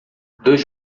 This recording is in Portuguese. dois